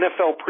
NFL